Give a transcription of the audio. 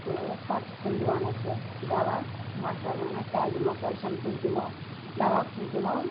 تہٕ پَتہٕ چھِ تِم دِوان اَسہِ دَوا مَشوَرٕ وَنان کیٛاہ دِمو کٮ۪لشَم کُس دِمو دَوا کُس دِمو